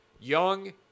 Young